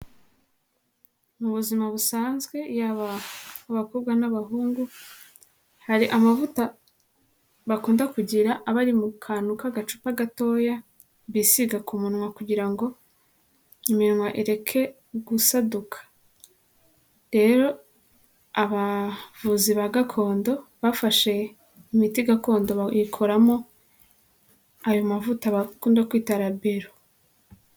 Mu buzima busanzwe yaba abakobwa n'abahungu, hari amavuta bakunda kugira abari mu kantu k'agacupa gatoya bisiga ku munwa kugira ngo iminwa ireke gusaduka, rero abavuzi ba gakondo bafashe imiti gakondo bayikoramo ayo mavuta bakunda kwita rabiro.